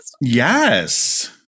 yes